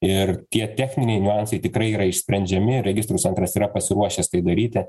ir tie techniniai niuansai tikrai yra išsprendžiami registrų centras yra pasiruošęs tai daryti